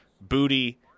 Booty